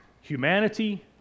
humanity